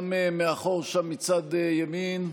גם מאחור שם מצד ימין,